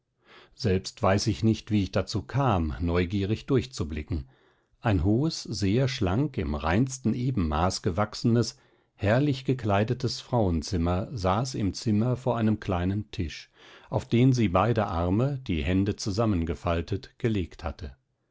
selbst weiß ich nicht wie ich dazu kam neugierig durchzublicken ein hohes sehr schlank im reinsten ebenmaß gewachsenes herrlich gekleidetes frauenzimmer saß im zimmer vor einem kleinen tisch auf den sie beide ärme die hände zusammengefaltet gelegt hatte